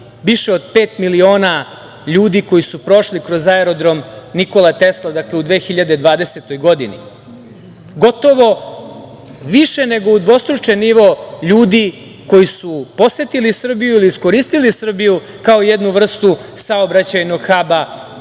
više od pet miliona ljudi koji su prošli kroz aerodrom „Nikola Tesla“ u 2020. godini. Više nego udvostručen nivo ljudi koji su posetili Srbiju ili iskoristili Srbiju kao jednu vrstu saobraćajnog haba